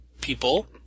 people